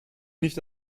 nicht